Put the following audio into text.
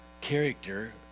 character